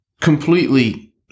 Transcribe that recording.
Completely